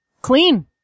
Clean